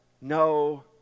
no